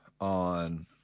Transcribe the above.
on